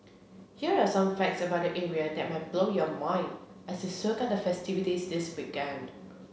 here are some facts about the area that may blow your mind as you soak up the festivities this weekend